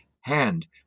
hand